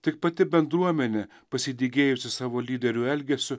tik pati bendruomenė pasidygėjusi savo lyderių elgesiu